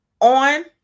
on